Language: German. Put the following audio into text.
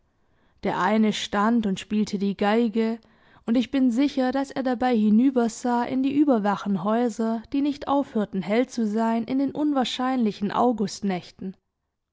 der eine stand und spielte die geige und ich bin sicher daß er dabei hinübersah in die überwachen häuser die nicht aufhörten hell zu sein in den unwahrscheinlichen